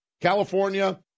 California